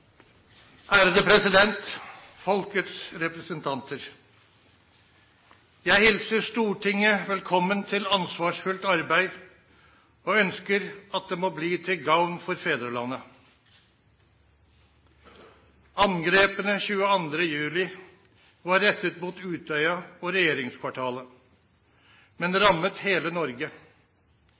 Ærede President, Folkets representanter. Jeg hilser Stortinget velkommen til ansvarsfullt arbeid og ønsker at det må bli til gagn for fedrelandet. Angrepene 22. juli var rettet mot Utøya og regjeringskvartalet, men rammet hele Norge.